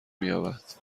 مییابد